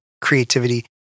creativity